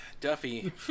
Duffy